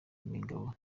imigabo